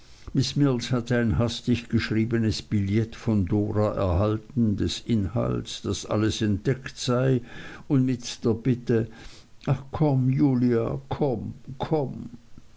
mills hatte ein hastig geschriebenes billett von dora erhalten des inhalts daß alles entdeckt sei und mit der bitte ach komm julia komm komm